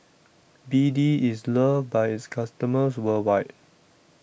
B D IS loved By its customers worldwide